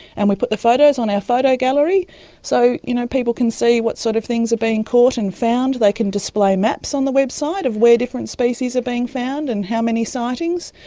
and we put the photos on our photo gallery so you know people can see what sort of things are being caught and found. they can display maps on the website of where different species are being found and how many sightings.